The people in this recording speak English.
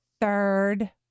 third